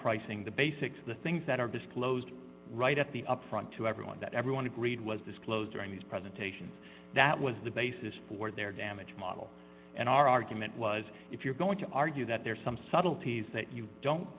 pricing the basics the things that are disclosed right at the upfront to everyone that everyone agreed was disclosed during these presentations that was the basis for their damage model and our argument was if you're going to argue that there are some subtleties that you don't